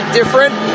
different